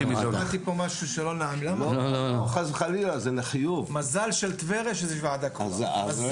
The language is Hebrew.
מזל של טבריה שיש ועדת קרואה.